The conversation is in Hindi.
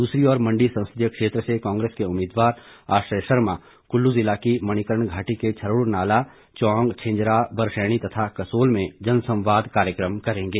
दूसरी ओर मंडी संसदीय क्षेत्र से कांग्रेस के उम्मीदवार आश्रय शर्मा कुल्लू जिला की मणिकर्ण घाटी के छरोड़ नाला चोंग छिजंरा बरशैणी तथा कसोल में जनसंवाद कार्यक्रम करेंगे